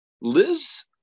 Liz